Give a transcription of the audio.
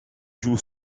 joue